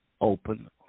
open